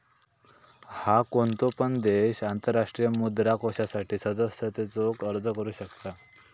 हा, कोणतो पण देश आंतरराष्ट्रीय मुद्रा कोषासाठी सदस्यतेचो अर्ज करू शकता